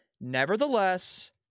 nevertheless